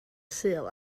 sul